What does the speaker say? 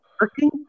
working